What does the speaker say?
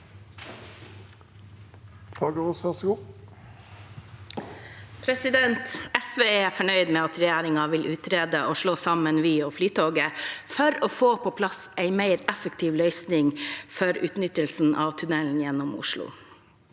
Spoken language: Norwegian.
SV er fornøyd med at regjeringen vil utrede å slå sammen Vy og Flytoget for å få på plass en mer effektiv løsning for utnyttelsen av tunellen gjennom Oslo